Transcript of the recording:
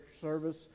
service